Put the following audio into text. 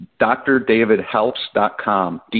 drdavidhelps.com